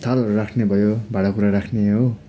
थालहरू राख्ने भयो भाँडाकुँडा राख्ने हो